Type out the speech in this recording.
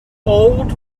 old